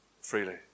Freely